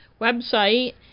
website